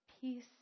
peace